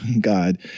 God